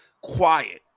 quiet